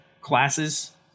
classes